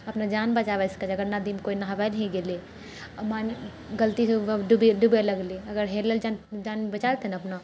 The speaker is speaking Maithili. अपना जान बचाबै सकै छै अगर न नदीमे कोइ नहाबै ही ले गेलै मानि गलतीसँ ओ डुब डुबय लगलै अगर हेलनाइ जन जानतै जान बचाए लेतै ने अपनो